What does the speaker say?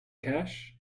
cash